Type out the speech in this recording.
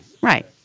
Right